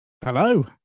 Hello